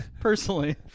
personally